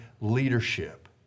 leadership